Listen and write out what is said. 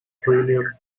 premier